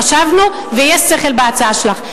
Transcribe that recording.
חשבנו ויש שכל בהצעה שלך.